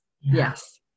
Yes